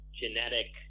genetic